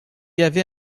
avait